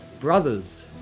brothers